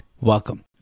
welcome